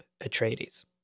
Atreides